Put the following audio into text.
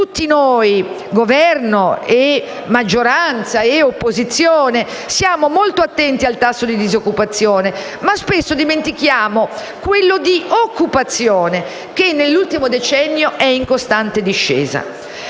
Tutti noi - Governo, maggioranza e opposizione - siamo ovviamente molto attenti al tasso di disoccupazione, ma spesso dimentichiamo quello di occupazione, che nell'ultimo decennio è in costante discesa.